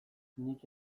nik